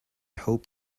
hope